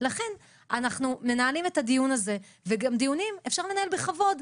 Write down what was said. לכן אנחנו מנהלים את הדיון הזה וגם דיונים אפשר לנהל בכבוד.